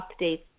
updates